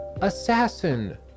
assassin